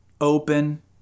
open